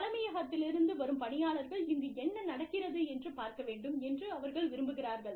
தலைமையகத்திலிருந்து வரும் பணியாளர்கள் இங்கு என்ன நடக்கிறது என்று பார்க்க வேண்டும் என்று அவர்கள் விரும்புகிறார்கள்